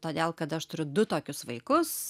todėl kad aš turiu du tokius vaikus